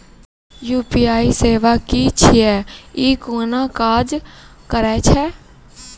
UPI सेवा की छियै? ई कूना काज करै छै?